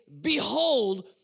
behold